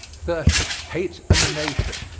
thirty. hate and the nation.